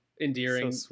endearing